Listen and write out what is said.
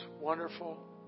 wonderful